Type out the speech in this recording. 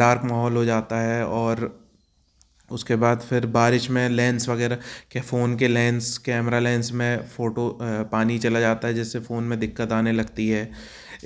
dark माहौल हो जाता है और उसके बाद फिर बारिश में लेंस वग़ैरह के फ़ोन के लेंस कैमरा लेंस में फ़ोटो पानी चला जाता है जिससे फ़ोन में दिक्कत आने लगती है